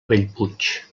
bellpuig